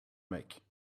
make